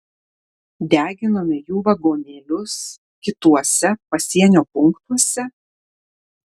deginome jų vagonėlius kituose pasienio punktuose